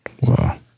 Wow